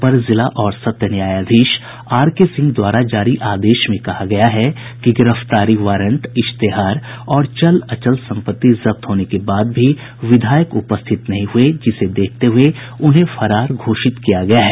अपर जिला और सत्र न्यायाधीश आर के सिंह द्वारा जारी आदेश में कहा गया है कि गिरफ्तारी वारंट इश्तेहार और चल अचल संपत्ति जब्त होने के बाद भी विधायक उपस्थित नहीं हुए जिसे देखते हुए उन्हें फरार घोषित किया गया है